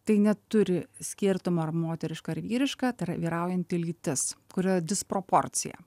tai neturi skirtumo ar moteriška ar vyriška tai yra vyraujanti lytis kur yra disproporcija